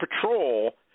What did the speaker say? patrol